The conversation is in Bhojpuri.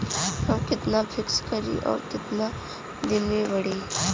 हम कितना फिक्स करी और ऊ कितना दिन में बड़ी?